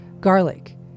garlic